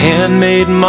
Handmade